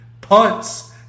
punts